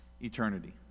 eternity